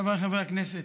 חבריי חברי הכנסת,